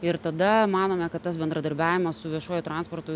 ir tada manome kad tas bendradarbiavimas su viešuoju transportu